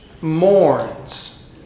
mourns